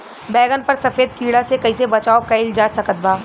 बैगन पर सफेद कीड़ा से कैसे बचाव कैल जा सकत बा?